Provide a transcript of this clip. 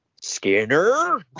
Skinner